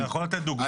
אתה יכול לתת דוגמה?